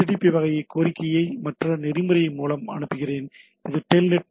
வகையான கோரிக்கையை மற்ற நெறிமுறை மூலம் அனுப்புகிறேன் இது டெல்நெட் நெறிமுறை